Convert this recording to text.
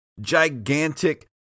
gigantic